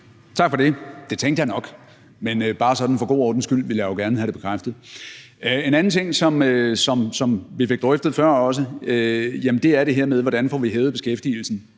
Tak for det. Det tænkte jeg nok, men bare sådan for god ordens skyld ville jeg jo gerne have det bekræftet. En anden ting, som vi fik drøftet før også, er det her med, hvordan vi får hævet beskæftigelsen